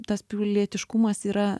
tas pilietiškumas yra